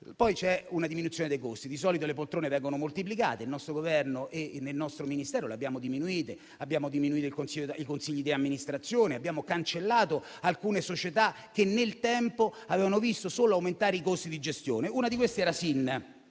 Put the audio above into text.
Poi c'è una diminuzione dei costi. Di solito le poltrone vengono moltiplicate, ma nel nostro Governo e nel nostro Ministero le abbiamo diminuite. Abbiamo diminuito i consigli di amministrazione, abbiamo cancellato alcune società che nel tempo avevano visto solo aumentare i costi di gestione. Una di queste era SIN